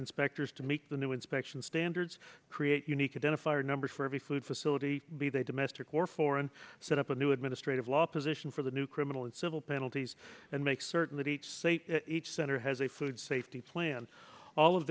inspectors to meet the new inspection standards create unique identifier number for every food facility be they domestic or foreign set up a new administrative law position for the new criminal and civil penalties and make certain that each state each center has a food safety plan all of